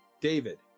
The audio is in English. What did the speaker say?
David